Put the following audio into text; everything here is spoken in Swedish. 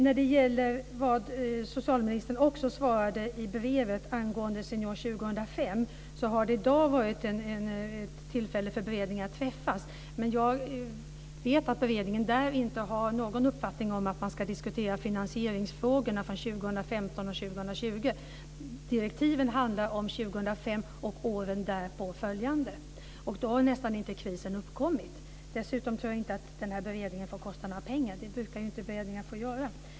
När det gäller det som socialministern svarade i brevet angående Senior 2005 så har det i dag funnits tillfälle för beredningen att träffas. Men jag vet att beredningen inte har någon uppfattning om att man ska diskutera finansieringsfrågorna för 2015 och 2020. Direktiven handlar om 2005 och åren därpå följande. Då har ju nästan inte krisen uppkommit! Dessutom tror jag inte att beredningen får kosta några pengar - det brukar inte beredningar få göra.